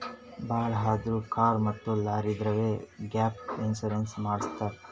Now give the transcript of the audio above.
ಭಾಳ್ ಅಂದುರ್ ಕಾರ್ ಮತ್ತ ಲಾರಿದವ್ರೆ ಗ್ಯಾಪ್ ಇನ್ಸೂರೆನ್ಸ್ ಮಾಡುಸತ್ತಾರ್